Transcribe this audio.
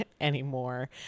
anymore